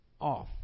off